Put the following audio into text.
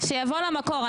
שיבוא למקור,